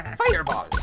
and fireball.